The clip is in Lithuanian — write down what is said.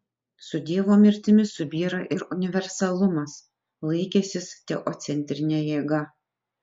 su dievo mirtimi subyra ir universalumas laikęsis teocentrine jėga